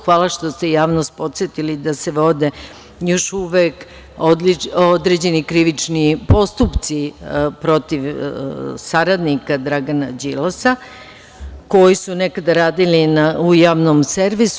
Hvala što ste javnost podsetili da se vode još uvek određeni krivični postupci protiv saradnika Dragana Đilasa koji su nekada radili u Javnom servisu.